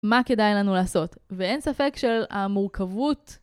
מה כדאי לנו לעשות, ואין ספק של המורכבות.